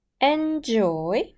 Enjoy